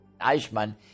Eichmann